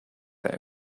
that